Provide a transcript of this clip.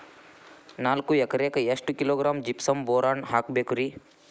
ನಾಲ್ಕು ಎಕರೆಕ್ಕ ಎಷ್ಟು ಕಿಲೋಗ್ರಾಂ ಜಿಪ್ಸಮ್ ಬೋರಾನ್ ಹಾಕಬೇಕು ರಿ?